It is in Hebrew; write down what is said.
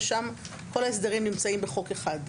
ושם כל ההסדרים נמצאים בחוק אחד.